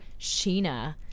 Sheena